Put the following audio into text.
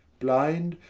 blinde,